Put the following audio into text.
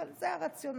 אבל זה הרציונל,